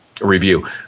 review